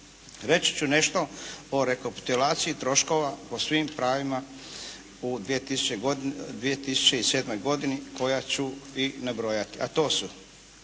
Reći ću nešto o rekapitulaciji troškova po svim pravima u 2007. godini koja ću i nabrojati, a to su: